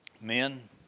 Men